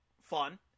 fun